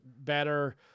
better